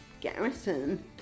Garrison